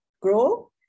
grow